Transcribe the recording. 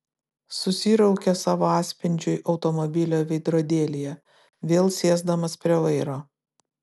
susiraukė savo atspindžiui automobilio veidrodėlyje vėl sėsdamas prie vairo